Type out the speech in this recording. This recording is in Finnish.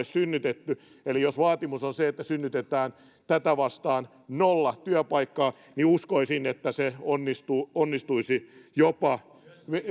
synnytetty eli jos vaatimus on se että synnytetään tätä vastaan nolla työpaikkaa niin uskoisin että se onnistuisi onnistuisi